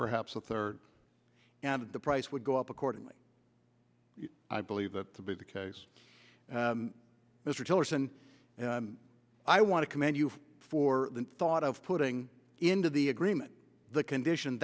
perhaps a third and the price would go up accordingly i believe that to be the case mr tillerson i want to commend you for the thought of putting into the agreement the condition